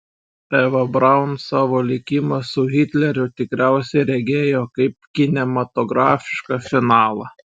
eva braun savo likimą su hitleriu tikriausiai regėjo kaip kinematografišką finalą